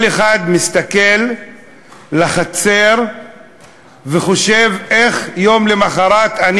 כל אחד מסתכל לחצר וחושב איך יום למחרת אני